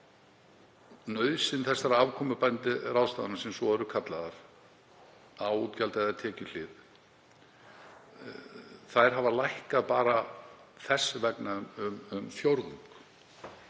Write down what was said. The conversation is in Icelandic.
upphæð þessara afkomubætandi ráðstafana sem svo eru kallaðar á útgjalda- eða tekjuhlið hafa lækkað bara þess vegna um fjórðung.